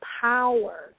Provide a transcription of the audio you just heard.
power